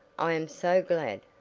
i am so glad!